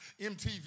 MTV